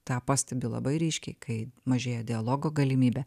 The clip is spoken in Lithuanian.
tą pastebi labai ryškiai kai mažėja dialogo galimybė